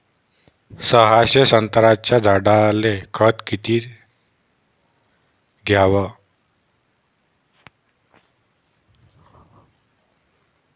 सहाशे संत्र्याच्या झाडायले खत किती घ्याव?